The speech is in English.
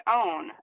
own